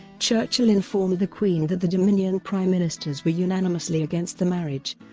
churchill informed the queen that the dominion prime ministers were unanimously against the marriage